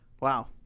Wow